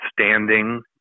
standing